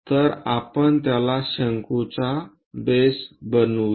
तर आपण त्याला शंकूचा बेस बनवूया